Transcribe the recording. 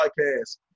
podcast